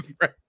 Right